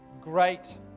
great